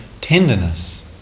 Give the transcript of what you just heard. tenderness